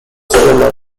swimmer